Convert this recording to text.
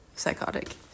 psychotic